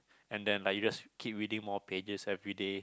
and then like you just keep reading more pages everyday